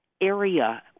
area